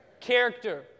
Character